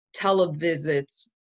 televisits